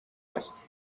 است